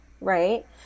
right